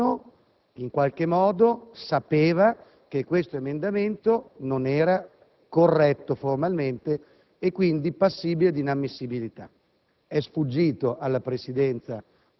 La prima riflessione è che qualcuno sapeva in qualche modo che tale emendamento non era corretto formalmente e quindi passibile di inammissibilità.